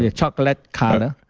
yeah chocolate color,